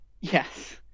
Yes